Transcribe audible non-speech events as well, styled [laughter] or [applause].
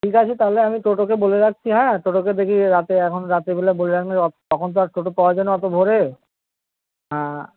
ঠিক আছে তাহলে আমি টোটোকে বলে রাখছি হ্যাঁ টোটোকে দেখি রাতে এখন রাতের বেলায় বলে রাখলে [unintelligible] তখন তো আর টোটো পাওয়া যায় না অতো ভোরে হ্যাঁ